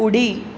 उडी